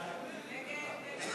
סעיף תקציבי 24,